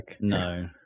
No